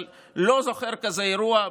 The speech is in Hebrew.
אבל לא זוכר כזה אירוע,